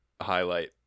highlight